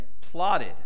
plotted